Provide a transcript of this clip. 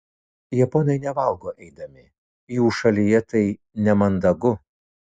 japonai nevalgo eidami jų šalyje tai nemandagu